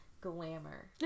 glamour